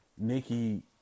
Nikki